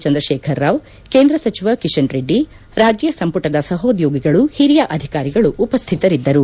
ಚಂದ್ರಶೇಖರ್ ರಾವ್ ಕೇಂದ್ರ ಸಚಿವ ಕಿಶನ್ ರೆಡ್ಡಿ ರಾಜ್ಯ ಸಂಪುಟದ ಸಹೊದ್ಲೋಗಿಗಳು ಹಿರಿಯ ಅಧಿಕಾರಿಗಳು ಉಪಶ್ಹಿತರಿದ್ದರು